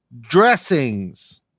dressings